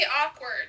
awkward